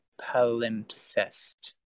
palimpsest